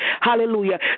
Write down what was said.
hallelujah